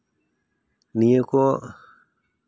ᱱᱤᱭᱟᱹ ᱠᱚ